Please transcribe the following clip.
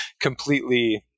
completely